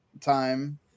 time